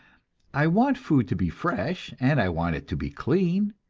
i want food to be fresh, and i want it to be clean,